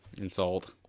insult